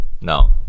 No